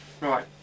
Right